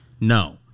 No